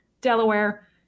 Delaware